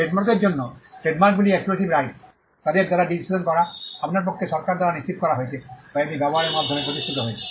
ট্রেডমার্কের জন্য ট্রেডমার্কগুলি এক্সক্লুসিভ রাইটস তাদের দ্বারা রেজিস্ট্রেশন করা আপনার পক্ষে সরকার দ্বারা নিশ্চিত করা হয়েছে বা এটি ব্যবহারের মাধ্যমে প্রতিষ্ঠিত হয়েছে